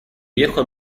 viejo